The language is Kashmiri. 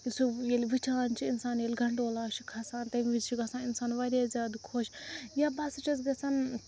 سُہ ییٚلہِ وُچھان چھُ اِنسان ییٚلہِ گَنٛڈولاہَس چھُ کھَسان تَمہِ وِزِ چھُ گَژھان اِنسان واریاہ زیادٕ خۄش یا بہٕ ہَسا چھَس گَژھان